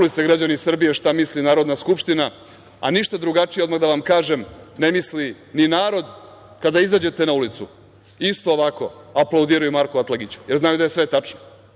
čuli ste građani Srbije šta misli Narodna skupština, a ništa drugačije, odmah da vam kažem ne misli ni narod kada izađete na ulicu. Isto ovako aplaudiraju Marku Atalgiću, jer znaju da je sve tačno.